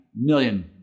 million